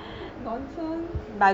nonsense